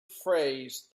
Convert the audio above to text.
phrase